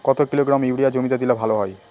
কত kilogram urea জমিতে দিলে ভালো হয়?